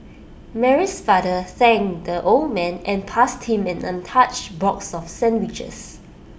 Mary's father thanked the old man and passed him an untouched box of sandwiches